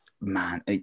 man